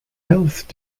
health